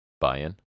buy-in